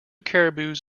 caribous